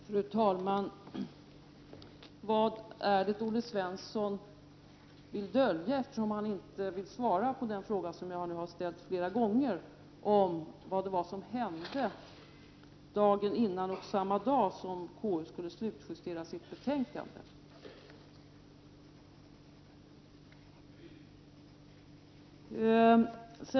Fru talman! Jag undrar vad det är som Olle Svensson vill dölja, eftersom han inte vill svara på den fråga som jag nu har ställt flera gånger om vad det var som hände dagen innan och samma dag som KU skulle slutjustera sitt betänkande.